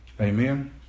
Amen